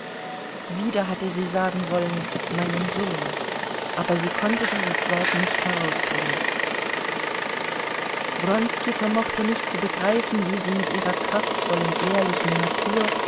wieder hatte sie sagen wollen meinen sohn aber sie konnte dieses wort nicht herausbringen wronski vermochte nicht zu begreifen wie sie mit ihrer kraftvollen ehrlichen natur